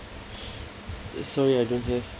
sorry I don't have